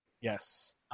Yes